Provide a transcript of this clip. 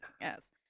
Yes